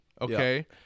okay